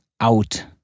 out